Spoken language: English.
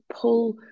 pull